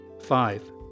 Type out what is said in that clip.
Five